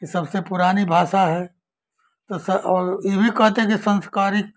सबसे पुरानी भासा है तो स और ई भी कहते हैं कि संस्कारिक